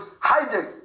hiding